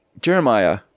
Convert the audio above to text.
Jeremiah